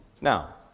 Now